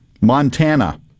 Montana